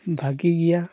ᱵᱷᱟᱹᱜᱤ ᱜᱮᱭᱟ